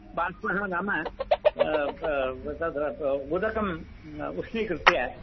बाष्पोस नाम तत्र उदकम् उष्णीकृत्य